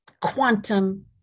quantum